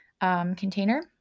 container